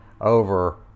over